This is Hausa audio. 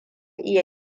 iya